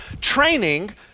Training